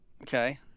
okay